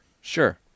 Sure